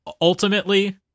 ultimately